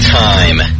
time